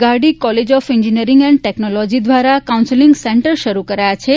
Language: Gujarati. Gardi college of engineering and technology દ્વારા કાઉન્સેલીંગ સેન્ટર શરૂ કરાયા છે